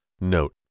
Note